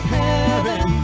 heaven